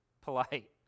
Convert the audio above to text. polite